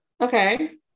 Okay